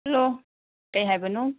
hello ꯀꯩ ꯍꯥꯏꯕꯅꯣ